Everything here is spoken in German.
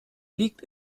liegt